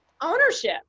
ownership